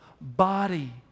body